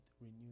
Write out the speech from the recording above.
renew